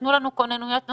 תנו לנו כוננויות נוספות,